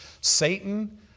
Satan